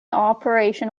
operation